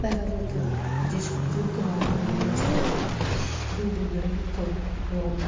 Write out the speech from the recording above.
দেখা যেতো যেসব দুধ দোয়া গরুগুলো ছিলো তাদের দুধও বেড়ে যেতো এবং